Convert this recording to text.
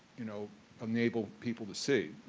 you know ah enable people to see.